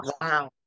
Wow